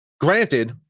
Granted